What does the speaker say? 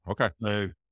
Okay